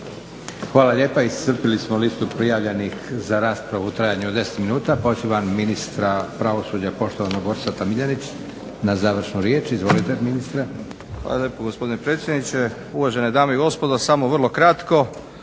Hvala lijepa. Iscrpili smo listu prijavljenih za raspravu u trajanju od 10 minuta. Pozivam ministra pravosuđa, poštovanog Orsata Miljenića na završnu riječ. Izvolite ministre. **Miljenić, Orsat** Hvala lijepo gospodine predsjedniče. Uvažene dame i gospodo. Samo vrlo kratko,